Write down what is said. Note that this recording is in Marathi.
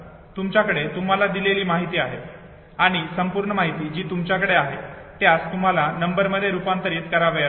तुमच्याकडे तुम्हाला दिलेली माहिती आहे आणि ही संपूर्ण माहिती जी तुमच्याकडे आहे त्यास तुम्हाला नंबर मध्ये रूपांतरीत करायचे आहे